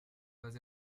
pas